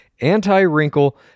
anti-wrinkle